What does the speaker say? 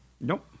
Nope